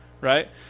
right